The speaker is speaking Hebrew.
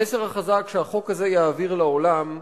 המסר החזק שהחוק הזה יעביר לעולם,